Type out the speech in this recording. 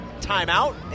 timeout